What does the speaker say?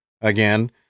again